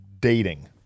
dating